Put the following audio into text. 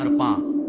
and mom